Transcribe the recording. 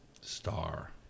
Star